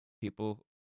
people